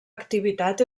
activitat